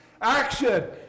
Action